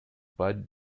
bud